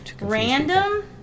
Random